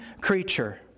creature